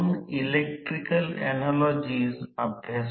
आता या बाजूने ही गोष्ट विभागून घ्या